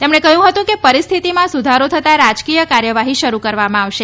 તેમણે કહ્યું હતું કે પરિસ્થિતિમાં સુધારો થતા રાજકીય કાર્યવાહી શરૂ કરવામાં આવશે